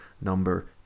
number